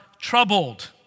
troubled